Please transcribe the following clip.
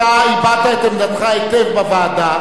אתה הבעת את עמדתך היטב בוועדה,